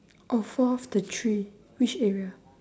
oh fall off the tree which area